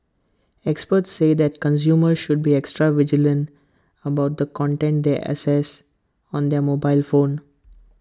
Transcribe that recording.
experts say that consumers should be extra vigilant about the content they access on their mobile phone